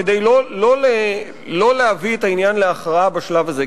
כדי שלא להביא את העניין להכרעה בשלב הזה,